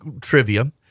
trivia